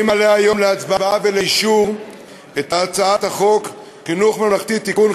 אני מעלה היום להצבעה ולאישור את הצעת חוק חינוך ממלכתי (תיקון,